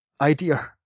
idea